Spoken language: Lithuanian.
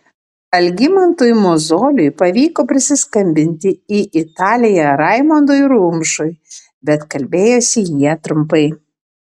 algimantui mozoliui pavyko prisiskambinti į italiją raimondui rumšui bet kalbėjosi jie trumpai